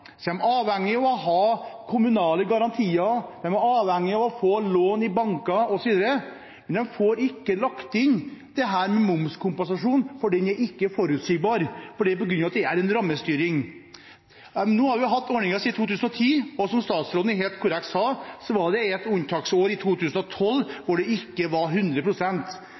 av å ha kommunale garantier, de er avhengige av å få lån i banker osv., men de får ikke lagt inn dette med momskompensasjon, for den er ikke forutsigbar fordi det er en rammestyring. Nå har vi hatt ordningen siden 2010, og som statsråden helt korrekt sa, var det et unntaksår i 2012 hvor det ikke var